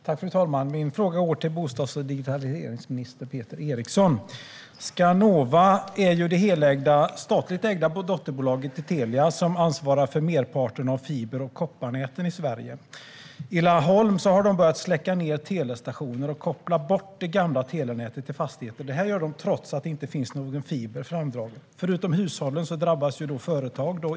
Fru talman! Min fråga går till bostads och digitaliseringsminister Peter Eriksson. Skanova är det statligt ägda dotterbolaget till Telia som ansvarar för merparten av fiber och kopparnäten i Sverige. I Laholm har man börjat att släcka ned telestationer och koppla bort det gamla telenätet i fastigheter. Detta gör man trots att det inte finns någon fiber framdragen. Förutom hushållen drabbas företag.